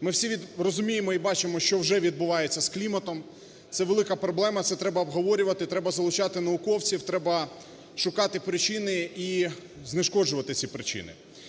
Ми всі розуміємо і бачимо, що вже відбувається з кліматом. Це велика проблема, це треба обговорювати, треба залучати науковців, треба шукати причини і знешкоджувати ці причини.